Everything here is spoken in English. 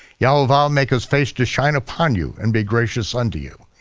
yehovah um make his face to shine upon you and be gracious unto you.